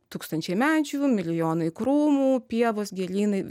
tūkstančiai medžių milijonai krūmų pievos gėlynai